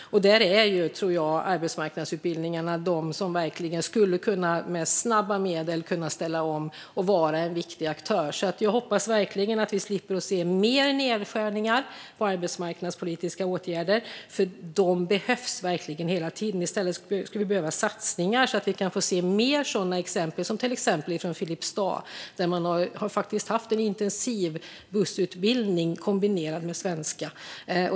Där tror jag att arbetsmarknadsutbildningarna är de utbildningar som med snabba medel verkligen skulle kunna ställa om och vara en viktig faktor. Jag hoppas verkligen att vi slipper se mer nedskärningar i arbetsmarknadspolitiska åtgärder, för de behövs verkligen hela tiden. I stället skulle vi behöva satsningar så att vi kan få se fler exempel som det från Filipstad, där man har haft en intensivbussutbildning kombinerad med svenska.